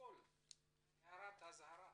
הערת אזהרה,